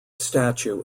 statue